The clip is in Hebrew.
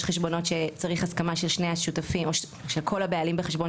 יש חשבונות שצריך הסכמה של כל הבעלים בחשבון